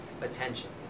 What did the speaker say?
attention